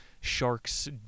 sharks